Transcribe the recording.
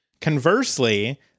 Conversely